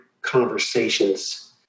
conversations